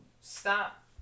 stop